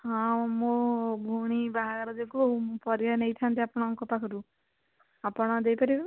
ହଁ ମୋ ଭଉଣୀ ବାହାଘର ଯୋଗୁ ମୁଁ ପରିବା ନେଇଥାନ୍ତି ଆପଣଙ୍କ ପାଖରୁ ଆପଣ ଦେଇପାରିବେ ବା